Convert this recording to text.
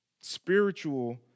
spiritual